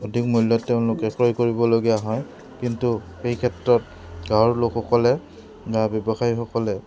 অধিক মূল্যত তেওঁলোকে ক্ৰয় কৰিবলগীয়া হয় কিন্তু সেই ক্ষেত্ৰত গাঁৱৰ লোকসকলে বা ব্যৱসায়ীসকলে